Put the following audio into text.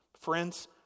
Friends